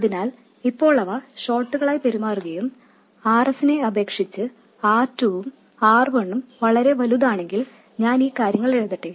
അതിനാൽ ഇപ്പോൾ അവ ഷോർട്ടായി പെരുമാറുകയും Rs നെ അപേക്ഷിച്ച് R2 ഉം R ഉം വളരെ വലുതുമാണെങ്കിൽ ഞാൻ ഈ കാര്യങ്ങൾ എഴുതട്ടെ